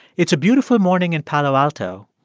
it's a beautiful morning in palo alto,